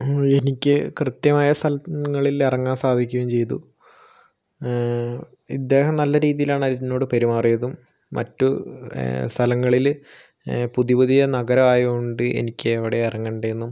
എനിക്ക് കൃത്യമായ സ്ഥലങ്ങളിൽ ഇറങ്ങാൻ സാധിക്കുകയും ചെയ്തു ഇദ്ദേഹം നല്ല രീതിയിലാണ് എന്നോട് പെരുമാറിയതും മറ്റു സ്ഥലങ്ങളില് പുതിയ പുതിയ നഗരം ആയോണ്ട് എനിക്ക് എവിടെയെറങ്ങണ്ടേന്നും